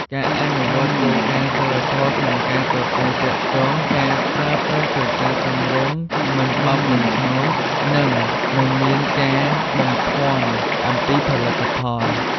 ការអនុវត្តគោលការណ៍សីលធម៌ក្នុងការប្រាស្រ័យទាក់ទង ការប្រើប្រាស់ភាសាសមរម្យ មិនបោកបញ្ឆោត និងមិនមានការបំភាន់អំពីផលិតផល។